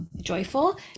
joyful